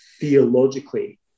theologically